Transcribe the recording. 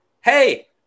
Hey